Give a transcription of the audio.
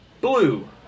Blue